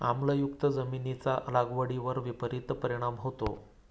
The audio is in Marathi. आम्लयुक्त जमिनीचा लागवडीवर विपरीत परिणाम होतो